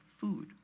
food